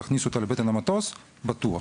תכניסו אותם לבטן המטוס בטוח.